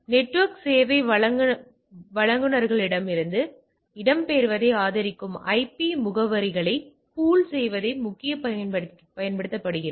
network சேவை வழங்குநர்களிடமிருந்து இடம்பெயர்வதை ஆதரிக்கும் ஐபி முகவரிகளை பூல் செய்வதை முக்கிய பயன்படுத்துகிறது